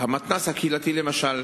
היכן המידתיות והסבירות?